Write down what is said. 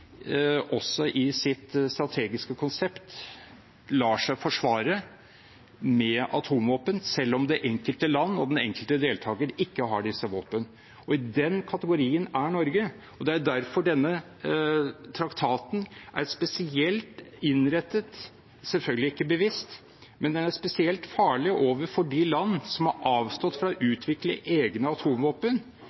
også i sitt strategiske konsept lar seg forsvare med atomvåpen, selv om det enkelte land og den enkelte deltaker ikke har disse våpnene. I den kategorien er Norge. Det er derfor denne traktaten er spesielt innrettet – selvfølgelig ikke bevisst – men det er spesielt farlig overfor de land som har avstått fra å utvikle egne atomvåpen,